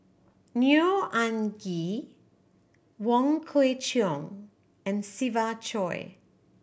Neo Anngee Wong Kwei Cheong and Siva Choy